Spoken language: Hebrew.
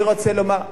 אני רוצה לומר,